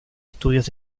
estudios